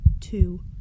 two